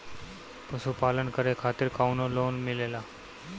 पशु पालन करे खातिर काउनो लोन मिलेला?